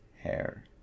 hair